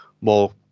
more